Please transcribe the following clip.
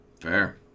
Fair